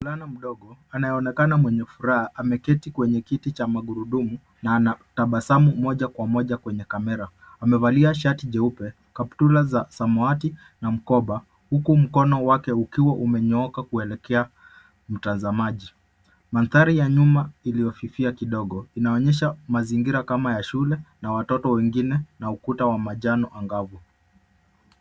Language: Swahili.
Mvulana mdogo anayeonekana mwenye furaha ameketi kwenye kiti cha magurudumu na anatabasamu moja kwa moja kwenye kamera. Amevalia shati jeupe, kaptura za samawati na mkoba huku mkono wake ukiwa umenyooka kuelekea mtazamaji. Mandhari ya nyuma iliyofifia kidogo inaonyesha mazingira kama ya shule na watoto wengine na ukuta wa manjano angavu.